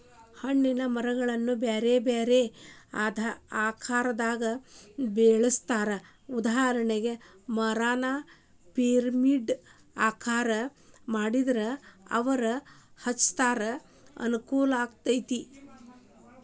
ಹಣ್ಣಿನ ಮರಗಳನ್ನ ಬ್ಯಾರ್ಬ್ಯಾರೇ ಆಕಾರದಾಗ ಬೆಳೆಸ್ತಾರ, ಉದಾಹರಣೆಗೆ, ಮರಾನ ಪಿರಮಿಡ್ ಆಕಾರ ಮಾಡಿದ್ರ ಮರ ಹಚ್ಚಾಕ ಅನುಕೂಲಾಕ್ಕೆತಿ